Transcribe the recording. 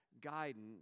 guidance